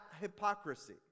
hypocrisy